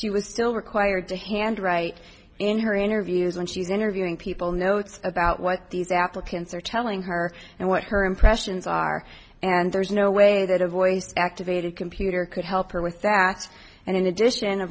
she was still required to handwrite in her interviews when she was interviewing people notes about what these applicants are telling her and what her impressions are and there's no way that a voice activated computer could help her with that and in addition a